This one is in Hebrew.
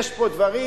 יש פה דברים